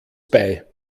bei